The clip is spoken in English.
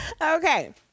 Okay